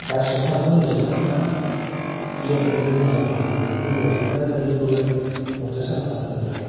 गासिबो थांगोन होनबाय ना मा बेरायनायालाय मोना गुना बेलाय मोनायावसो थांगोन ना दानि जुगावलाय अबायथो सानाव थांनाय नुदों